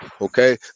Okay